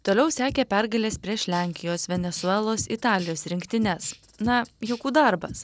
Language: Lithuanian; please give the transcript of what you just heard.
toliau sekė pergalės prieš lenkijos venesuelos italijos rinktines na juokų darbas